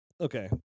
Okay